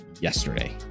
yesterday